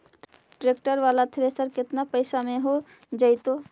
Tractor बाला thresher केतना पैसा में हो जैतै?